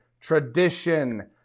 tradition